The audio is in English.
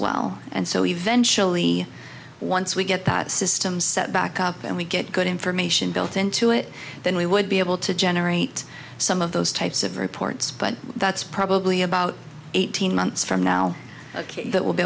well and so eventually once we get that system set back up and we get good information built into it then we would be able to generate some of those types of reports but that's probably about eighteen months from now ok that will be